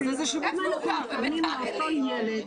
אם אנחנו מתכוונים לאותו ילד,